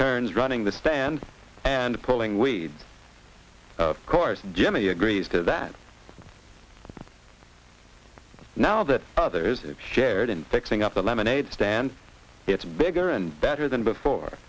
turns running the stands and pulling weeds of course jimmy agrees to that now that others have shared and fixing up a lemonade stand it's bigger and better than before